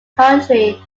country